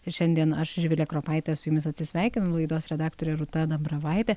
ir šiandien aš živilė kropaitė su jumis atsisveikinu laidos redaktorė rūta dambravaitė